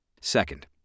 Second